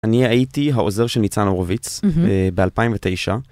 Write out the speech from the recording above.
אני הייתי העוזר של ניצן הורוביץ, ממ.. אה.. ב2009.